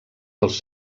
dels